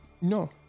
No